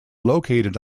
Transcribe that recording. located